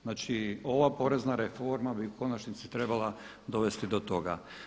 Znači, ova porezna reforma bi u konačnici trebala dovesti do toga.